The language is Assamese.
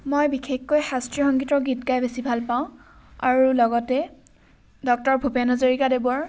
মই বিশেষকৈ শাস্ত্ৰীয় সংগীতৰ গীত গাই বেছি ভাল পাওঁ আৰু লগতে ডক্টৰ ভূপেন হাজৰিকাদেৱৰ